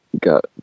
got